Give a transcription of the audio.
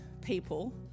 people